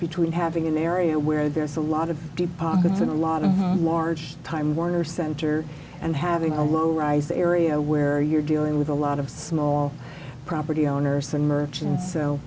between having an area where there's a lot of deep pockets and a lot of large time warner center and having a low rise area where you're dealing with a lot of small property owners and merchant